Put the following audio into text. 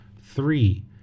Three